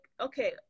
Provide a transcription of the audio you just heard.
okay